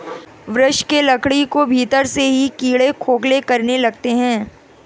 वृक्ष के लकड़ी को भीतर से ही कीड़े खोखला करने लगते हैं